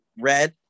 red